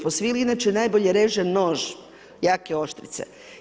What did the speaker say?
Po svili inače najbolje reže nož jake oštrice.